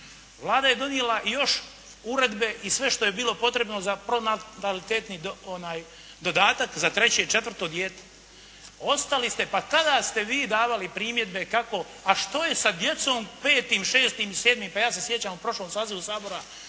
Vlada je donijela i još uredbe i sve što je bilo potrebno za pronatalitetni dodatka za treće i četvrto dijete. Ostali ste, pa tada ste vi davali primjedbe kako, a što je sa djecom petim, šestim i sedmim, pa ja se sjećam u prošlom sazivu Sabora,